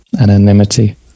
anonymity